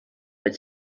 but